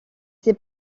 ces